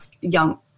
young